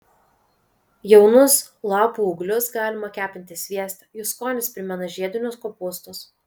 jaunus lapų ūglius galima kepinti svieste jų skonis primena žiedinius kopūstus